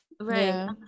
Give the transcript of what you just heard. Right